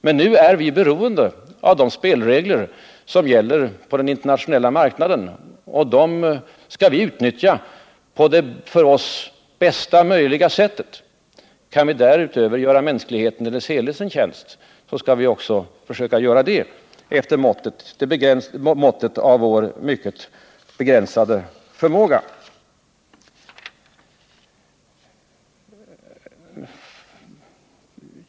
Men nu är vi beroende av de spelregler som gäller på den internationella marknaden, och dem skall vi utnyttja på för oss bästa möjliga sätt. Kan vi därutöver göra mänskligheten i dess helhet en tjänst skall vi också försöka göra det efter måttet av vår mycket begränsade förmåga.